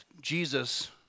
Jesus